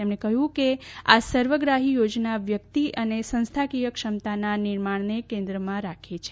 તેમણે કહ્યું કે આ સર્વગ્રાહી યોજના વ્યક્તિ અને સંસ્થાકીય ક્ષમતા નિર્માણને કેન્દ્રમાં રાખે છે